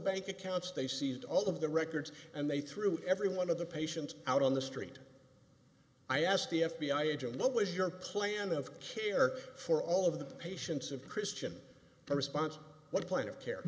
bank accounts they seized all of the records and they threw every one of the patients out on the street i asked the f b i agent what was your plan of care for all of the patients of christian response what a plan of care